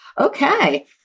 okay